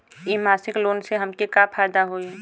इ मासिक लोन से हमके का फायदा होई?